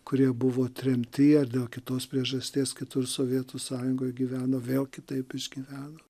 kurie buvo tremty ar dėl kitos priežasties kitur sovietų sąjungoj gyveno vėl kitaip išgyveno